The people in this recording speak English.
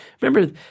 Remember